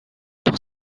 pour